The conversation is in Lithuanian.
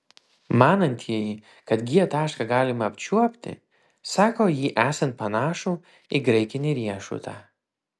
manantieji kad g tašką galima apčiuopti sako jį esant panašų į graikinį riešutą